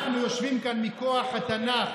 אנחנו יושבים כאן מכוח התנ"ך,